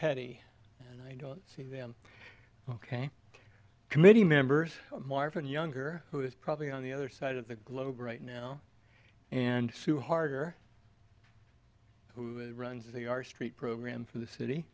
petty and i don't see them ok committee members marfan younger who is probably on the other side of the globe right now and sue harder who runs the our street program for the city